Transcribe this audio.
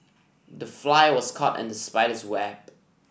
the fly was caught in the spider's web